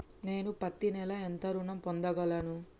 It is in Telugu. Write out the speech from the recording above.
నేను పత్తి నెల ఎంత ఋణం పొందగలను?